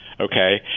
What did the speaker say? Okay